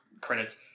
credits